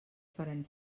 farem